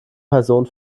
person